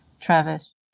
Travis